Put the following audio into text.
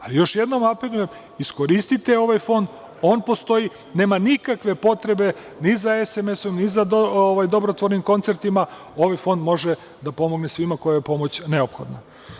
Ali, još jednom apelujem, iskoristite ovaj fond, on postoji i nema nikakve potrebe ni za SMS-om, ni za dobrotvornim koncertima, ovaj fond može da pomogne svima kojima je pomoć neophodna.